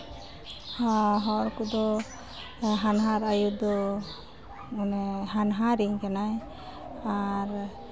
ᱦᱚᱲ ᱠᱚᱫᱚ ᱦᱟᱱᱦᱟᱨ ᱟᱭᱳ ᱫᱚ ᱢᱟᱱᱮ ᱦᱟᱱᱦᱟᱨᱤᱧ ᱠᱟᱱᱟᱭ ᱟᱨ